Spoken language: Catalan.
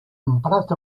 emprat